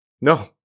No